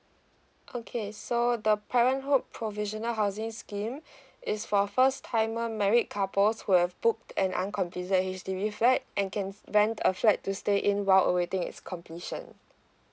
okay so the parenthood provisional housing scheme is for first timer married couples who have booked an uncompleted H_D_B flat and can rent a flat to stay in while awaiting its completion